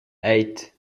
eight